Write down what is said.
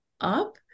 up